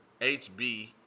HB